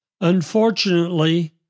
Unfortunately